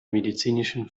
medizinischen